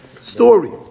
Story